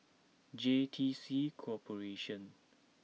J T C Corporation